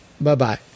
Bye-bye